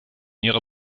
ihrer